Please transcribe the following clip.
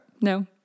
No